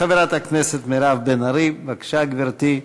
חברת הכנסת מירב בן ארי, בבקשה, גברתי,